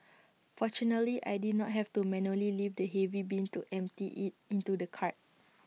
fortunately I did not have to manually lift the heavy bin to empty IT into the cart